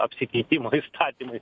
apsikeitimo įstatymais